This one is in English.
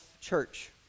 church